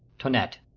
toinette.